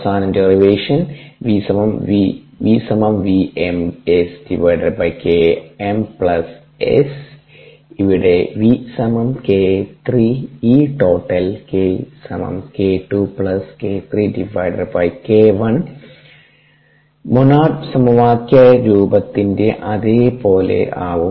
അവസാന ഡെറിവേഷൻ ഇവിടെ മോണോഡ് സമവാക്യ രൂപത്തിന്റെ അതേ പോലെ ആവും